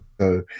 So-